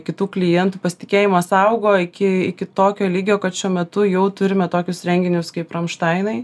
kitų klientų pasitikėjimas augo iki iki tokio lygio kad šiuo metu jau turime tokius renginius kaip ramštainai